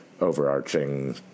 overarching